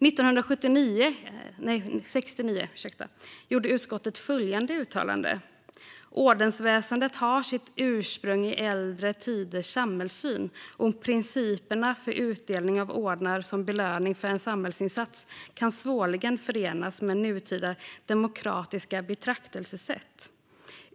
År 1969 gjorde utskottet följande uttalande: "Ordensväsendet har sitt ursprung i äldre tiders samhällssystem, och principerna för utdelning av ordnar som belöning för samhällsinsatser kan svårligen förenas med nutida demokratiskt betraktelsesätt.